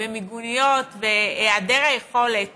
במיגוניות והיעדר היכולת